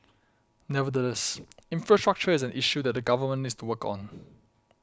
nevertheless infrastructure is an issue that the government needs to work on